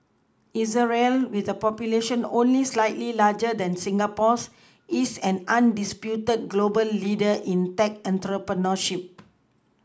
israel with a population only slightly larger than Singapore's is an undisputed global leader in tech entrepreneurship